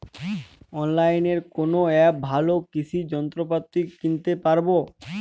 অনলাইনের কোন অ্যাপে ভালো কৃষির যন্ত্রপাতি কিনতে পারবো?